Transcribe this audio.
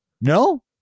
No